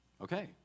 Okay